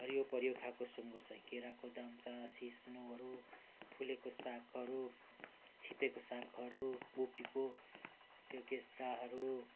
हरियो परियो खाएको सुँगुर चाहिँ केराको दाम्चा सिस्नुहरू फुलेको सागहरू छिप्पिएको सागहरू कोपीको त्यो केस्राहरू